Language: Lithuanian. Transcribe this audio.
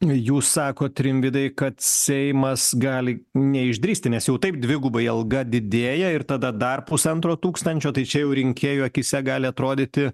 jūs sakot rimvydai kad seimas gali neišdrįsti nes jau taip dvigubai alga didėja ir tada dar pusantro tūkstančio tai čia jau rinkėjų akyse gali atrodyti